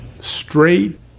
straight